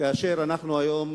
כאשר היום